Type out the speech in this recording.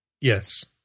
Yes